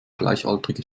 gleichaltrige